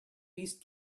least